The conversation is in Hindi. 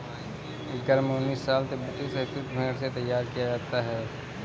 गर्म ऊनी शॉल तिब्बती शहतूश भेड़ से तैयार किया जाता है